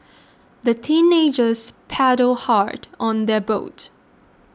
the teenagers paddled hard on their boat